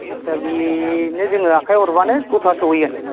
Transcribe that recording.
आटसा बेनो जों आखायाव हरबानो गथ'आ सहैगोन